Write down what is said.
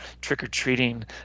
trick-or-treating